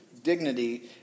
Dignity